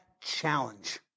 challenge